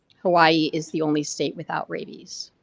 hawaii is the only state without rabies.